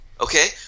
Okay